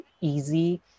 easy